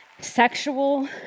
sexual